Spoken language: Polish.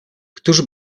któż